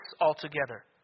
altogether